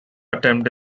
attempt